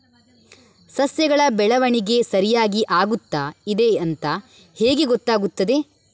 ಸಸ್ಯಗಳ ಬೆಳವಣಿಗೆ ಸರಿಯಾಗಿ ಆಗುತ್ತಾ ಇದೆ ಅಂತ ಹೇಗೆ ಗೊತ್ತಾಗುತ್ತದೆ?